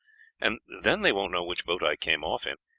and then they won't know which boat i came off in,